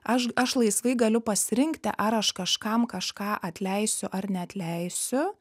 aš aš laisvai galiu pasirinkti ar aš kažkam kažką atleisiu ar neatleisiu